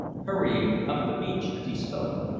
hurrying up the beach as he spoke.